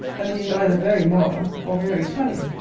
that he is either very moral, or very cunning.